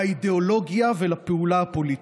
לאידיאולוגיה ולפעולה הפוליטית.